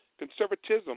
Conservatism